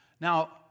Now